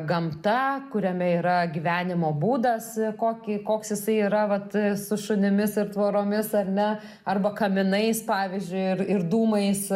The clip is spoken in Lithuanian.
gamta kuriame yra gyvenimo būdas kokį koks jisai yra vat su šunimis ir tvoromis ar ne arba kaminais pavyzdžiui ir ir dūmais